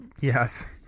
Yes